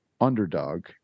underdog